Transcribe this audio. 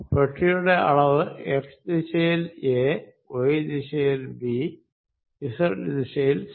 ബോക്സിന്റെ അളവ് x ദിശയിൽ a y ദിശയിൽ b z ദിശയിൽ c